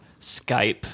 Skype